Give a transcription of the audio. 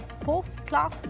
post-class